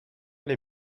les